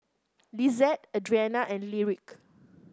Lisette Adriana and Lyric